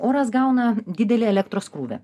oras gauna didelį elektros krūvį